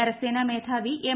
കരസേന മേധാവി എം